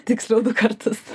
tiksliau du kartus